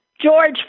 George